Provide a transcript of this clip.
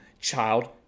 child